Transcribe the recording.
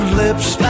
lips